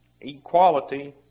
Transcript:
Equality